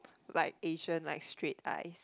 like Asian like straight eyes